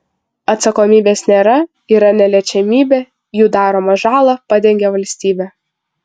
atsakomybės nėra yra neliečiamybė jų daromą žalą padengia valstybė